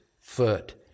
foot